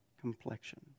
complexion